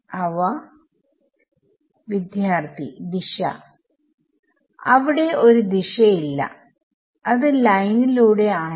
അവ വിദ്യാർത്ഥി ദിശ അവിടെ ഒരു ദിശ ഇല്ല അത് ലൈനിലൂടെ ആണ്